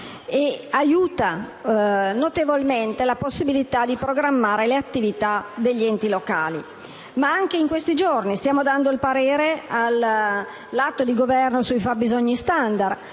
che aiuta notevolmente la possibilità di programmare le attività degli enti locali. In questi giorni stiamo esprimendo il parere sull'Atto del Governo sui fabbisogni *standard*.